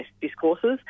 discourses